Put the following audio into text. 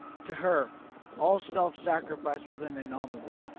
to her all self-sacrifice was an anomaly.